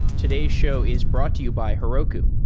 today's show is brought to you by heroku,